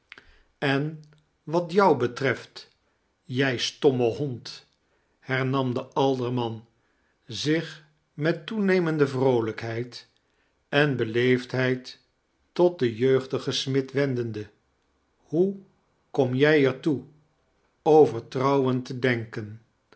en wat jou betreft jij stomme hond hernam de alderman zich met toenemende vroolijkheid en beleefdheid tot den jeugdigen smid wendende hoe kom jij er toe over trouwen te denken